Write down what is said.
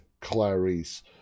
Clarice